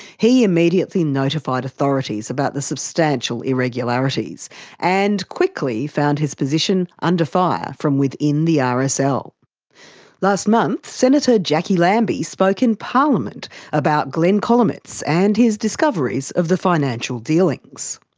he immediately notified authorities about the substantial irregularities and quickly found his position under fire from within the rsl. so last month senator jacquie lambie spoke in parliament about glenn kolomeitz and his discoveries of the financial dealings.